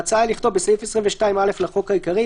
ההצעה היא לכתוב: בסעיף 22(א) לחוק העיקרי,